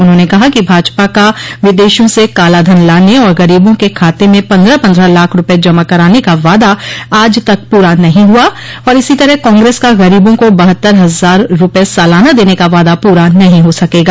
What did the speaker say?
उन्होंने कहा कि भाजपा का विदेशों से कालाधन लाने और गरीबों के खाते में पन्द्रह पन्द्रह लाख रूपये जमा करान का वादा आज तक पूरा नहीं हुआ और इसो तरह कांग्रेस का ग़रीबों को बहत्तर हजार रूपये सालाना देने का वादा पूरा नहीं हो सकेगा